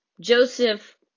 Joseph